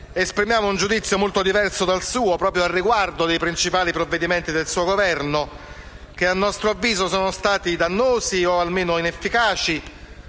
esprimiamo un giudizio molto diverso dal suo, proprio riguardo ai principali provvedimenti del suo Governo, che riteniamo siano stati dannosi o quantomeno inefficaci.